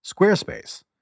Squarespace